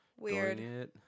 Weird